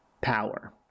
power